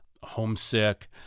homesick